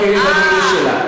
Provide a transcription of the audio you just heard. רצו לגייר תוך שלושה ימים.